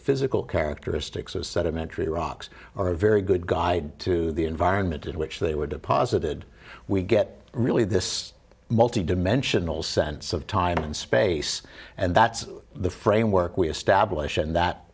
physical characteristics of sedimentary rocks are very good guy to the environment in which they were deposited we get really this multi dimensional sense of time and space and that's the framework we establish and that